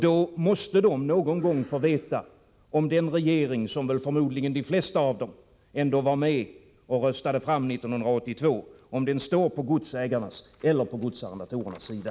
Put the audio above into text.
De måste någon gång få veta om den regering, som förmodligen de flesta av dem ändå var med om att rösta fram 1982, står på godsägarnas eller på godsarrendatorernas sida.